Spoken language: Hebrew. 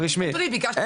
הרשמיים שלהם --- יופי,